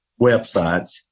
websites